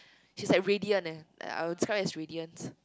she's like radiant eh like I would described her as radiant